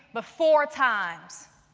but four times.